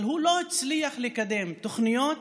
אבל הוא לא הצליח לקדם תוכניות